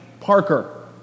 Parker